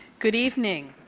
good evening.